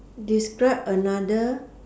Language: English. describe another